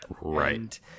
Right